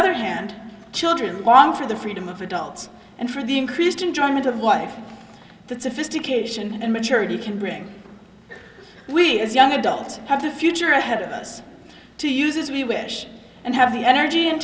other hand children long for the freedom of adults and for the increased enjoyment of life that sophistication and maturity can bring we as young adults have a future ahead of us to use as we wish and have the energy and